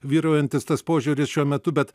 vyraujantis tas požiūris šiuo metu bet